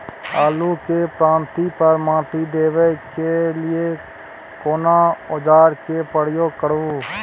आलू के पाँति पर माटी देबै के लिए केना औजार के प्रयोग करू?